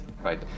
Right